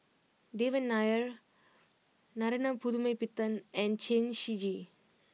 Devan Nair Narana Putumaippittan and Chen Shiji